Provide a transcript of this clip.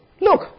Look